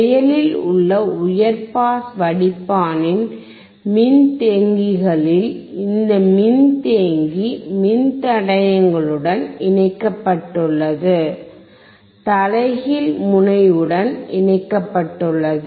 செயலில் உள்ள உயர் பாஸ் வடிப்பானின் மின்தேக்கிகளில் இந்த மின்தேக்கி மின்தடையங்களுடன் இணைக்கப்பட்டுள்ளது தலைகீழ் முனையத்துடன் இணைக்கப்பட்டுள்ளது